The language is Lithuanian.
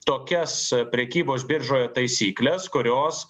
tokias prekybos biržoje taisykles kurios